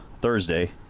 Thursday